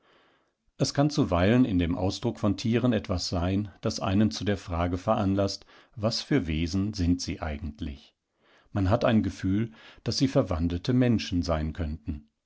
es kann zuweilen in dem ausdruck von tieren etwas sein das einen zu der frage veranlaßt was für wesen sind sie eigentlich man hat ein gefühl daß sie verwandelte menschen sein könnten